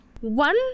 One